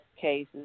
cases